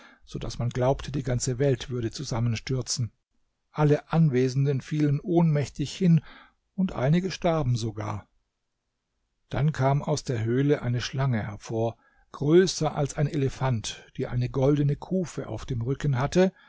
so daß man glaubte die ganze welt würde zusammenstürzen alle anwesenden fielen ohnmächtig hin und einige starben sogar dann kam aus der höhle eine schlange hervor größer als ein elefant die eine goldene kufe auf dem rücken hatte